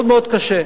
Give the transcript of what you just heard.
מאוד מאוד קשה.